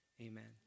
amen